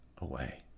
away